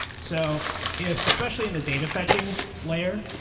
so if especially in the data fetching layer,